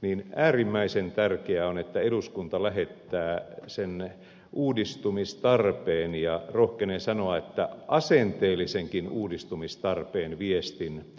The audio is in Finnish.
niin äärimmäisen tärkeää on että eduskunta lähettää sen uudistumistarpeen ja rohkenen sanoa että asenteellisenkin uudistumistarpeen viestin suomalaisille